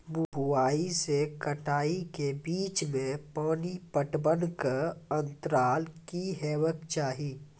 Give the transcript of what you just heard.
बुआई से कटाई के बीच मे पानि पटबनक अन्तराल की हेबाक चाही?